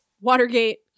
Watergate